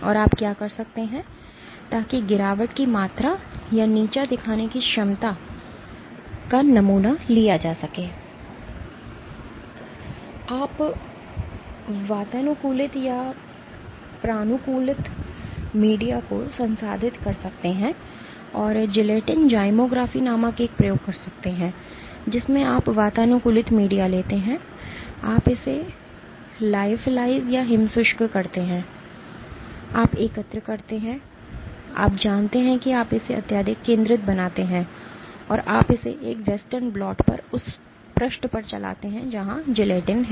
और आप क्या कर सकते हैं ताकि गिरावट की मात्रा या नीचा दिखाने की क्षमता का नमूना लिया जा सके आप वातानुकूलित मीडिया को संसाधित कर सकते हैं और जिलेटिन जाइमोग्राफी नामक एक प्रयोग कर सकते हैं जिसमें आप वातानुकूलित मीडिया लेते हैं आप इसे लाइआफलाइज़ हिम शुष्क करते हैं आप एकत्र करते हैं आवश्यक आप जानते हैं कि आप इसे अत्यधिक केंद्रित बनाते हैं और आप इसे एक western blot पर उस पृष्ठ पर चलाते हैं जहाँ जिलेटिन है